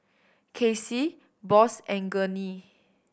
Kecia Boss and Gurney